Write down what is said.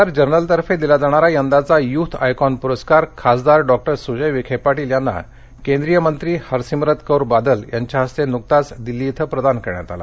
R जर्नलतर्फे दिला जाणारा यंदाचा यूथ आयकॉन पुरस्कार खासदार डॉ सूजय विखे पाटील यांना केंद्रीय मंत्री हरसीमरत कौर बादल यांच्या हस्ते नुकताच दिल्ली इथं प्रदान करण्यात आला